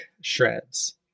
Shreds